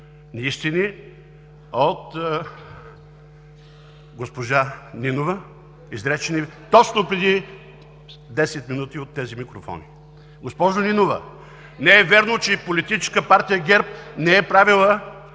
неистини от госпожа Нинова, изречени точно преди 10 минути от тези микрофони. Госпожо Нинова, не е вярно, че Политическа партия ГЕРБ не е правила